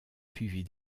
suivie